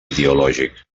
ideològic